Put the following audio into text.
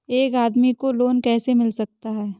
एक आदमी को लोन कैसे मिल सकता है?